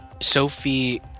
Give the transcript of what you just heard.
Sophie